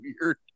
weird